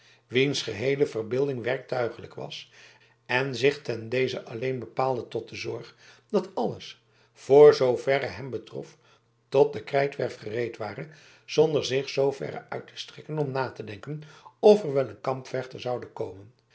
wiens geheele verbeelding werktuiglijk was en zich ten deze alleen bepaalde tot de zorg dat alles voor zooverre hem betrof tot de krijtwerf gereed ware zonder zich zooverre uit te strekken om na te denken of er wel een kampvechter komen